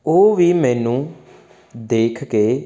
ਉਹ ਵੀ ਮੈਨੂੰ ਦੇਖ ਕੇ